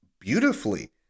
beautifully